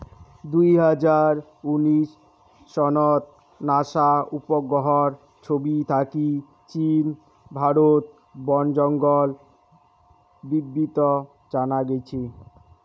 দুই হাজার উনিশ সনত নাসা উপগ্রহর ছবি থাকি চীন, ভারত বনজঙ্গল বিদ্ধিত জানা গেইছে